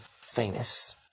famous